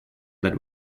that